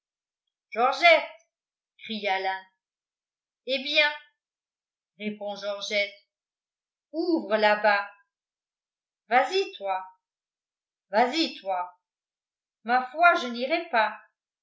georgette crie alain eh bien répond georgette ouvre là-bas vas-y toi vas-y toi ma foi je n'irai pas